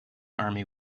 army